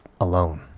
alone